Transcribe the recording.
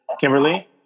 Kimberly